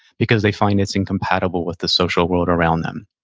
because they find it's incompatible with the social world around them.